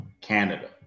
canada